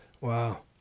Wow